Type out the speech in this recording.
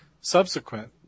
subsequent